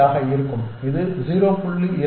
35 ஆக இருக்கும் இது 0